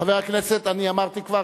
חבר הכנסת גנאים,